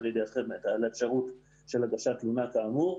לידיעתכם על האפשרות של הגשת תלונה כאמור.